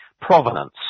provenance